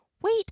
wait